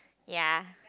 ya